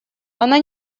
она